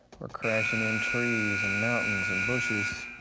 we're crashing in trees, and mountains, and bushes.